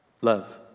Love